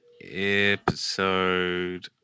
episode